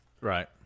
Right